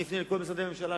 אני אפנה לכל משרדי הממשלה.